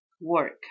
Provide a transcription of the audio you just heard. work